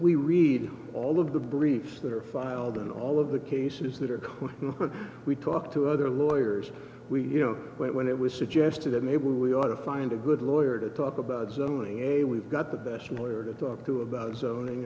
we read all of the briefs that are filed in all of the cases that are clear and we talk to other lawyers we know but when it was suggested that maybe we ought to find a good lawyer to talk about zoning a we've got the best lawyer to talk to about zoning